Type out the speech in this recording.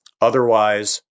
Otherwise